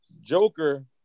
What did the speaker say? Joker